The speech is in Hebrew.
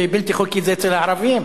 ובלתי חוקית זה אצל הערבים?